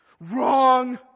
Wrong